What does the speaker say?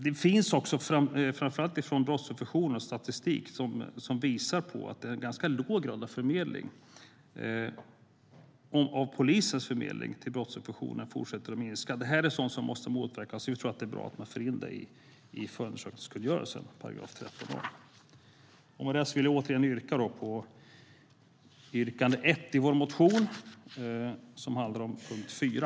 Det finns även statistik, framför allt från brottsofferjourerna, som visar att polisens förmedling till brottsofferjourerna är av ganska låg grad och att den fortsätter att minska. Det är sådant som måste motverkas, och vi tror att det är bra att man för in det i § 13 a i förundersökningskungörelsen. Med det vill jag återigen yrka bifall till yrkande 1 i vår motion, som handlar om punkt 4.